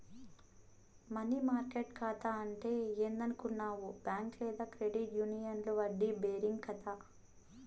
money market కాతా అంటే ఏందనుకునేవు బ్యాంక్ లేదా క్రెడిట్ యూనియన్ల వడ్డీ బేరింగ్ కాతా